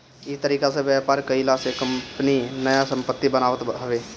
इ तरीका से व्यापार कईला से कंपनी नया संपत्ति बनावत हवे